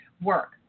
work